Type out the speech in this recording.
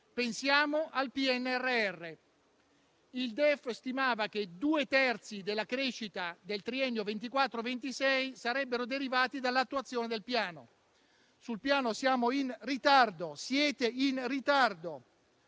pensiamo al PNRR. Il DEF stimava che due terzi della crescita del triennio 2024-2026 sarebbero derivati dall'attuazione del Piano. Sul Piano siamo in ritardo, siete in ritardo